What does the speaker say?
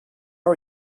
are